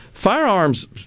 Firearms